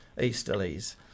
easterlies